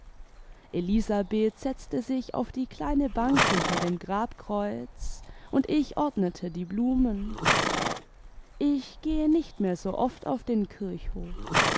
elisabeth setzte sich auf die kleine bank hinter dem grabkreuz und ich ordnete die blumen ich gehe nicht mehr so oft auf den kirchhof